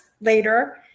later